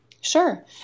Sure